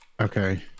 Okay